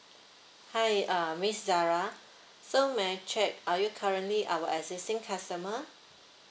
hi uh miss zara so may I check are you currently our existing customer